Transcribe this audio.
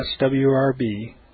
swrb